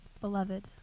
Beloved